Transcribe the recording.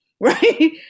right